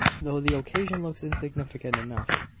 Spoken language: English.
though the occasion looks insignificant enough,